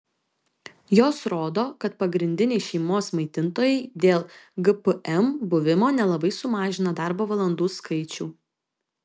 jos rodo kad pagrindiniai šeimos maitintojai dėl gpm buvimo nelabai sumažina darbo valandų skaičių